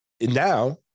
now